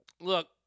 look